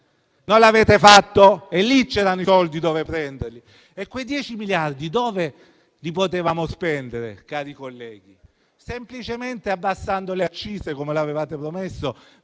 sono amici. Lì c'erano i soldi da prendere e quei dieci miliardi dove li potevamo spendere, cari colleghi? Semplicemente abbassando le accise, come avevate promesso,